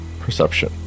perception